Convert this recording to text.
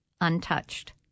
untouched